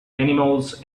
animals